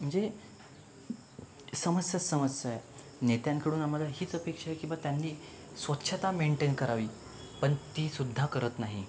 म्हणजे समस्याच समस्या आहे नेत्यांकडून आम्हाला हीच अपेक्षा की बा त्यांनी स्वच्छता मेन्टेन करावी पण तीसुद्धा करत नाही